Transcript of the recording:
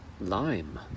Lime